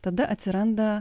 tada atsiranda